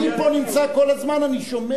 אני נמצא פה כל הזמן, אני שומע.